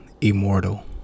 immortal